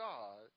God